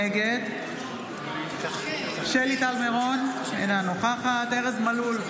נגד שלי טל מירון, אינה נוכחת ארז מלול,